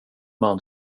man